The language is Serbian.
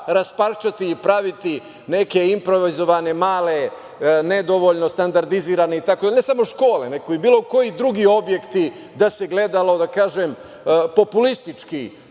rasparčati i praviti neke improvizovane, male, nedovoljno standardizovane ne samo škole nego i bilo koji drugi objekti da se gledalo populistički